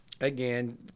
Again